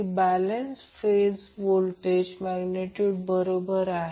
तर या प्रकरणात व्होल्टेज 10 अँगल 0° दिले आहे